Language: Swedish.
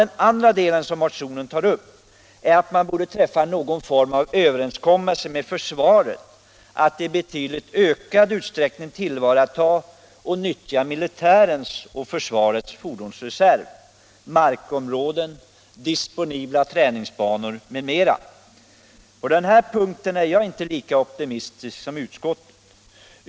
Den andra fråga motionen tar upp är att det borde träffas någon form av överenskommelse med försvaret om att i betydligt ökad utsträckning tillvarata och nyttja militärens fordonsreserv, markområden, disponibla träningsbanor m.m. På den punkten är jag inte lika optimistisk som utskottet.